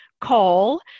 call